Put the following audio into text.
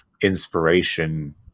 inspiration